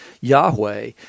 Yahweh